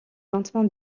lentement